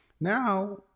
Now